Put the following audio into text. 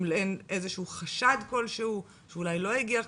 אם אין איזשהו חשד כלשהו שאולי לא הגיע.